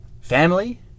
Family